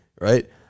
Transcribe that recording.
right